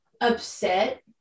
upset